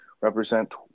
represent